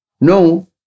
no